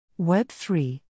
Web3